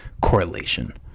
correlation